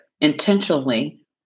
intentionally